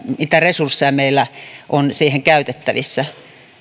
niitä resursseja mitä meillä on käytettävissä